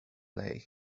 leigh